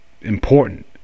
important